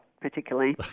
particularly